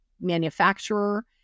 manufacturer